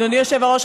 אדוני היושב-ראש,